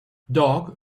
dog